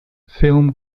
film